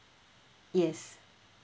yes